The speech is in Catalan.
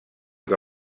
que